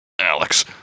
Alex